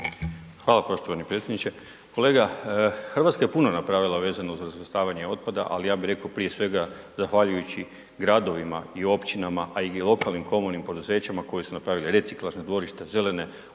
Hvala po štovani predsjedniče. Kolega Hrvatska je puno napravila vezano uz razvrstavanje otpada, ali ja bi rekao prije svega zahvaljujući gradovima i općinama, a i lokalnim komunalnim poduzećima koji su napravili reciklažna dvorišta, zelene otoke,